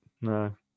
No